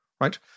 right